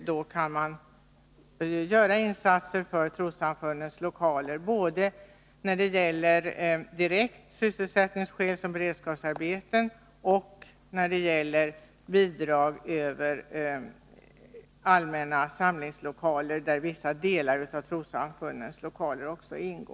Då kan man göra insatser för trossamfundens lokaler både som beredskapsarbeten och med bidrag från anslaget till allmänna samlingslokaler, dit vissa av trossamfundens lokaler räknas.